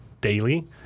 daily